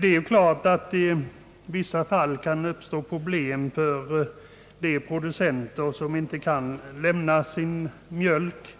Det är klart att det i vissa fall kan uppstå problem för producenter som inte kan lämna sin mjölk.